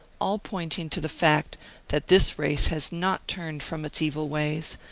all pointing to the fact that this race has not turned from its evil ways,